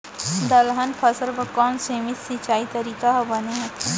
दलहन फसल बर कोन सीमित सिंचाई तरीका ह बने होथे?